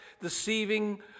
Deceiving